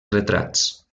retrats